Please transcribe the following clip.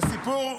זה סיפור,